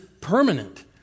permanent